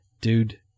dude